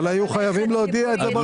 היו חייבים להודיע על זה ברשומות.